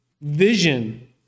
vision